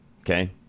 Okay